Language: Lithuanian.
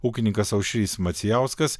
ūkininkas aušrys macijauskas